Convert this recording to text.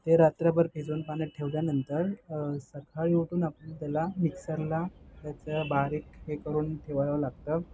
ते रात्रभर भिजवून पाण्यात ठेवल्यानंतर सकाळी उठून आपण त्याला मिक्सरला त्याचं बारीक हे करून ठेवावं लागतं